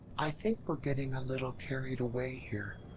i think we're getting a little carried away here,